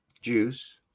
Juice